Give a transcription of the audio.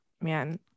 Man